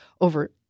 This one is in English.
over